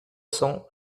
cents